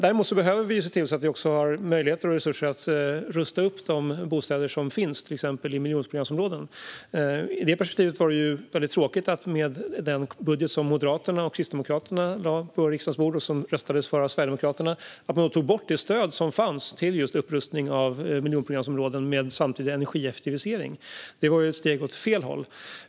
Däremot behöver vi se till att vi också har möjligheter och resurser att rusta upp de bostäder som finns, till exempel i miljonprogramsområden. I det perspektivet var det väldigt tråkigt att man i den budget som Moderaterna och Kristdemokraterna lade på riksdagens bord och som röstades för av Sverigedemokraterna tog bort det stöd som fanns till just upprustning av miljonprogramsområden med samtidig energieffektivisering. Det var ju ett steg åt fel håll.